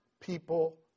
people